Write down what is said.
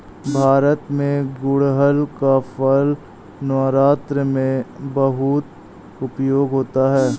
भारत में गुड़हल का फूल नवरात्र में बहुत उपयोग होता है